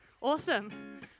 awesome